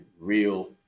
real